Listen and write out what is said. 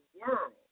world